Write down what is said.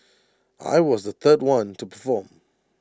I was the third one to perform